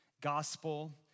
Gospel